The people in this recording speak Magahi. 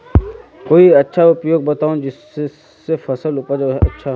कोई अच्छा उपाय बताऊं जिससे फसल उपज अच्छा होबे